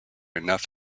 enough